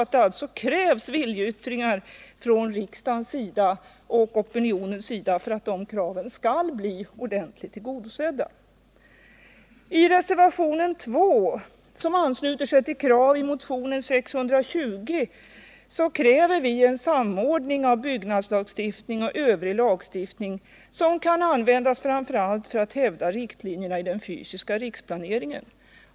Det krävs alltså viljeyttringar från riksdagens och opinionens sida för att dessa krav skall bli ordentligt tillgodosedda. I reservationen 2, som ansluter till krav i motionen 620, begär vi en samordning av byggnadslagstiftning och övrig lagstiftning, som kan användas framför allt för att hävda riktlinjerna i den fysiska riksplaneringen.